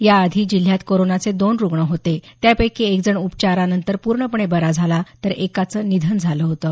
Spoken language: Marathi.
याआधी जिल्ह्यात कोरोनाचे दोन रुग्ण होते त्यापैकी एक जण उपचारानंतर पूर्णपणे बरा झाला तर एकाचं निधन झालं होतं